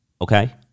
okay